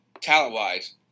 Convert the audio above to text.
talent-wise